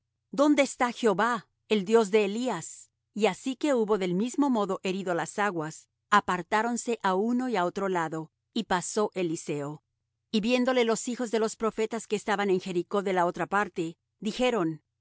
dónde está jehová el dios de elías y así que hubo del mismo modo herido las aguas apartáronse á uno y á otro lado y pasó eliseo y viéndole los hijos de los profetas que estaban en jericó de la otra parte dijeron el